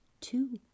two